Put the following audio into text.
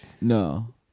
No